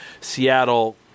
Seattle